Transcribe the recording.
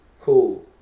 Cool